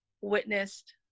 witnessed